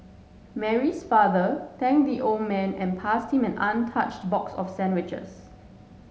Mary's father thanked the old man and passed him an untouched box of sandwiches